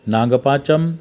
Nagpancham